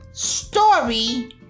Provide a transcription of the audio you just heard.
Story